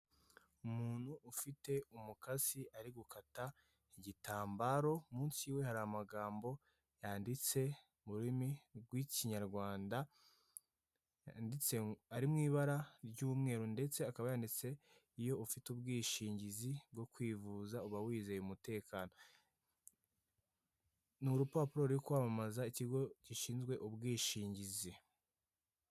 Umuntu ufite umukasi ari gukata igitambaro munsi ye hari amagambo yanditse mu rurimi rw'ikinyarwanda yanditse ari mu ibara ry'umweru ndetse akaba yanditse "iyo ufite ubwishingizi bwo kwifuza uba wizeye umutekano". Ni urupapuro ruri kwamamaza ikigo gishinzwe ubwishingizi.